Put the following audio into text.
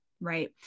right